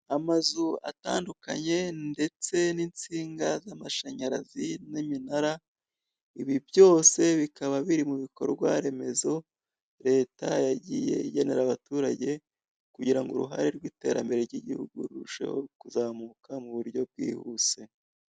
Amazu atandukanye ndetse n'insinga z'amashanyarazi n'iminara, ibi byose bikaba biri mu bikorwa remezo leta yagiye igenera abaturage kugira ngo uruhare rw'iterambere ry'igihugu rurusheho kuzamuka mu buryo bwihuse.